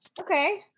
Okay